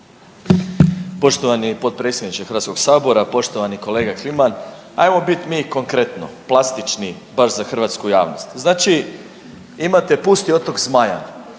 Poštovani potpredsjedniče Hrvatskoga sabora. Poštovani kolega Kliman hajmo biti mi konkretno, plastični bar za hrvatsku javnost. Znači imate pusti otok Zmajan.